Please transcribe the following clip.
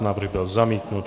Návrh byl zamítnut.